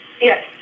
Yes